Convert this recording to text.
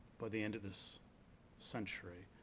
by the end of this century.